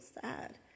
sad